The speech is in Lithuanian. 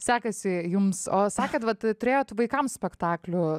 sekasi jums o sakėt vat turėjot vaikams spektaklių